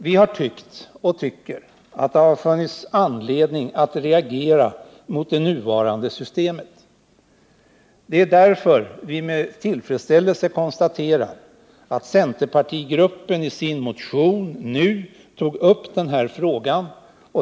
Vi har tyckt och tycker fortfarande att det har funnits anledning att reagera mot det nuvarande systemet. Det är därför vi med tillfredsställelse konstaterar att centerpartigruppen i sin motion nu tog upp den här frågan.